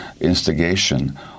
instigation